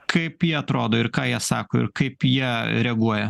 kaip jie atrodo ir ką jie sako ir kaip jie reaguoja